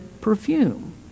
perfume